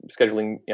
scheduling